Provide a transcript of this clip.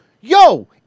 yo